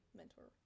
mentor